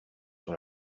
sur